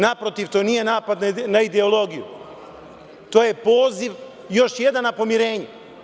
Naprotiv, to nije napad na ideologiju, to je poziv još jedan na pomirenje.